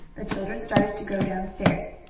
the children started to go down stairs.